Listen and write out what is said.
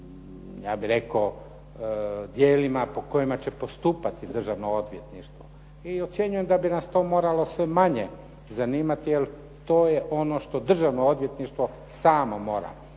ja bih rekao djelima po kojima će postupati Državno odvjetništvo i ocjenjujem da bi nas to moralo sve manje zanimati jer to je ono što Državno odvjetništvo samo mora